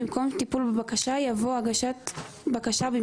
במקום "טיפול בבקשה" יבוא "הגשת בקשה",